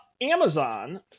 Amazon